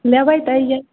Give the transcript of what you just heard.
लेबै तऽ अइयै